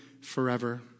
forever